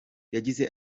yagize